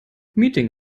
meeting